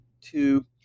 two